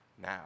now